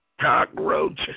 cockroaches